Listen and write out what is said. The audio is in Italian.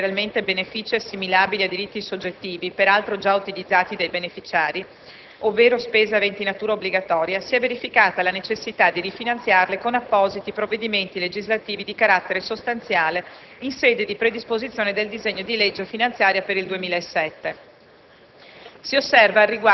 Per tali spese, riguardanti generalmente benefici assimilabili a diritti soggettivi - peraltro già utilizzati dai beneficiari - ovvero spese aventi natura obbligatoria, si è verificata la necessità di rifinanziarle con appositi provvedimenti legislativi di carattere sostanziale in sede di predisposizione del disegno di legge finanziaria per il 2007.